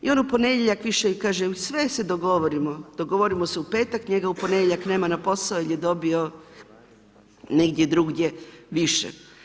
I on u ponedjeljak više, kaže sve se dogovorimo, dogovorimo se u petak, njega u ponedjeljak nema na poslu jer je dobio negdje drugdje više.